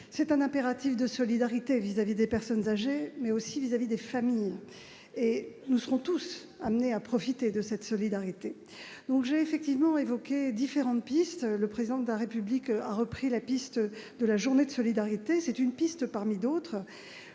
C'est un impératif de solidarité vis-à-vis non seulement des personnes âgées, mais également des familles. Nous serons tous amenés à profiter de cette solidarité. J'ai effectivement évoqué différentes pistes. Le Président de la République a repris celle de la journée de solidarité ; c'en est une parmi d'autres.